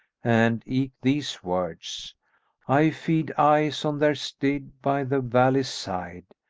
and eke these words i feed eyes on their stead by the valley's side,